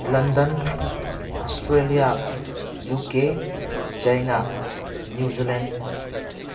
London Australia UK China New Zealand